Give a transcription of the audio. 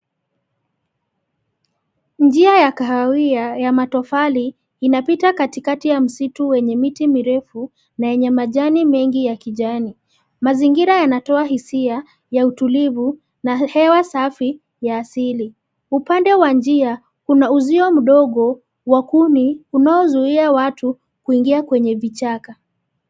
Njia ya kahawia ya matofali, inapita katikati ya msitu wenye miti mirefu, na yenye majani mengi ya kijani. Mazingira yanatoa hisia, ya utulivu, na hewa safi, ya asili. Upande wa njia, kuna uzio mdogo, wa kuni, unaozuia watu, kuingia kwenye vichaka.